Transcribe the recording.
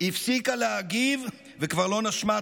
הפסיקה להגיב וכבר לא נשמה טוב,